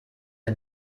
der